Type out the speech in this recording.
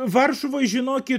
varšuvoj žinokit